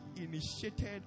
initiated